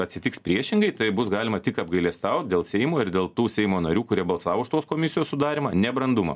atsitiks priešingai tai bus galima tik apgailestaut dėl seimo ir dėl tų seimo narių kurie balsavo už tos komisijos sudarymą nebrandumą